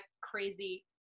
crazy